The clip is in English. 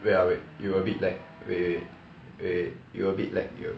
wait ah wait you a bit lag wait wait wait wait wait wait you a bit lag you